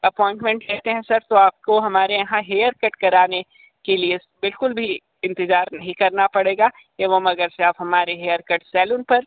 appointment लेते हैं sir तो आपको हमारे यहां हेअरकट कराने के लिए बिल्कुल भी इंतज़ार नहीं करना पड़ेगा एवं अगर से आप हमारे हेअरकट सलौन पर